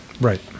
Right